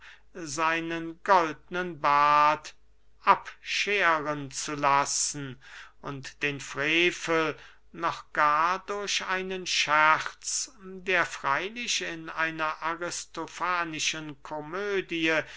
seinen goldnen bart abscheren zu lassen und den frevel noch gar durch einen scherz der freylich in einer aristofanischen komödie